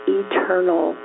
eternal